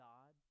God